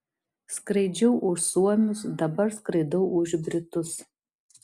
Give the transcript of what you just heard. skraidžiau už suomius dabar skraidau už britus